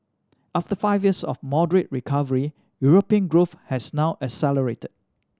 after five years of moderate recovery European growth has now accelerated